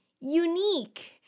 unique